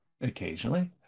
occasionally